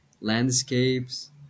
landscapes